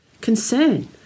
Concern